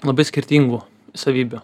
labai skirtingų savybių